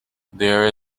there